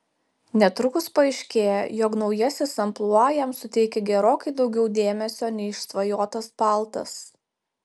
netrukus paaiškėja jog naujasis amplua jam suteikia gerokai daugiau dėmesio nei išsvajotas paltas